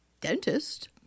dentist